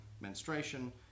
menstruation